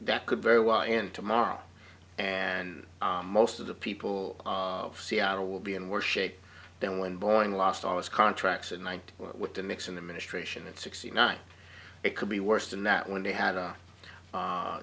that could very well and tomorrow and most of the people of seattle will be in worse shape than when boeing lost all its contracts in one night with the nixon administration and sixty nine it could be worse than that when they had